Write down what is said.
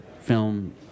film